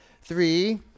Three